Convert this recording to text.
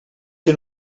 que